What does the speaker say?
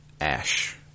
Ash